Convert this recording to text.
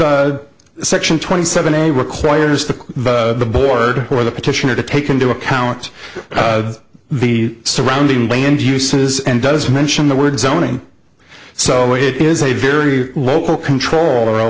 analyze section twenty seven a requires the board or the petitioner to take into account the surrounding land uses and does mention the word zoning so it is a very local control or a